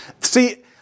See